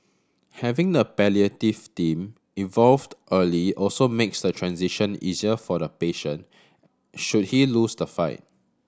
having the palliative team involved early also makes the transition easier for the patient should he lose the fight